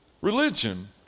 Religion